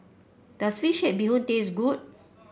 does fish head Bee Hoon taste good